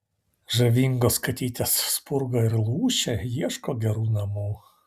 žavingos katytės spurga ir lūšė ieško gerų namų